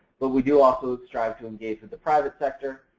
but we do also try to engage with the private sector,